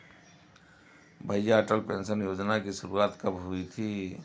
भैया अटल पेंशन योजना की शुरुआत कब हुई थी?